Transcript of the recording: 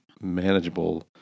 manageable